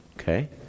Okay